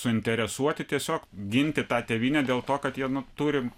suinteresuoti tiesiog ginti tą tėvynę dėl to kad jie nu turi